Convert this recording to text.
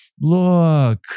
Look